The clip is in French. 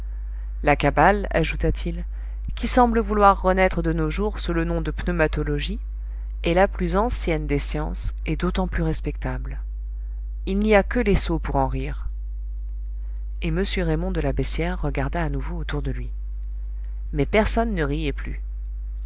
la kabbale ajouta-t-il qui semble vouloir renaître de nos jours sous le nom de pneumatologie est la plus ancienne des sciences et d'autant plus respectable il n'y a que les sots pour en rire et m raymond de la beyssière regarda à nouveau autour de lui mais personne ne riait plus